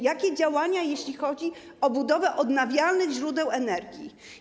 Jakie działania, jeśli chodzi o budowę odnawialnych źródeł energii?